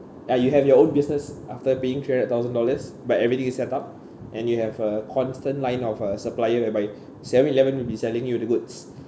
ya you have your own business after paying three hundred thousand dollars but everything is set up and you have a constant line of uh supplier whereby seven eleven will be sending you the goods